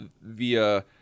via